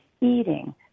eating